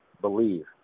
believe